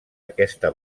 aquesta